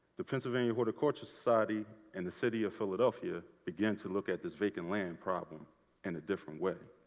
the pennsylvania horticulture society and the city of philadelphia began to look at this vacant land problem in a different way.